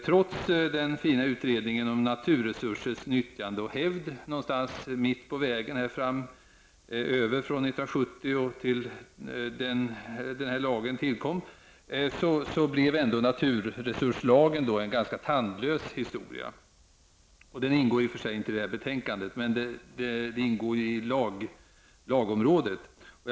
Trots den fina utredningen om naturresursers nyttjande och hävd -- någonstans mitt på vägen, från 1970 och fram till denna lags tillkomst -- blev naturresurslagen ändå en ganska tandlös historia. Den ingår i och för sig inte i detta betänkande, men den ingår så att säga i lagområdet.